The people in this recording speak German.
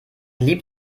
lieb